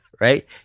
right